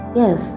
yes